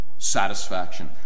satisfaction